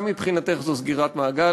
גם מבחינתך זו סגירת מעגל,